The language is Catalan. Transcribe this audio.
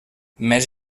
més